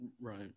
right